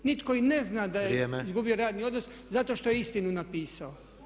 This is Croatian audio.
Nitko i ne zna da je izgubio radni odnos zato što je istinu napisao.